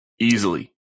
Easily